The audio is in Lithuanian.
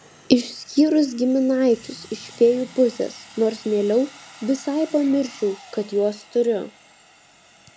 išskyrus giminaičius iš fėjų pusės nors mieliau visai pamirščiau kad juos turiu